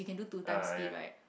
uh ya